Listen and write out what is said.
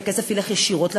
שהכסף ילך ישירות לפגיות,